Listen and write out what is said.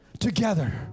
together